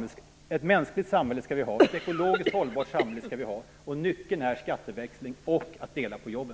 ha ett mänskligt samhället och ett ekologiskt hållbart samhälle. Nyckeln är skatteväxling och att dela på jobben.